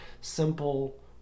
simple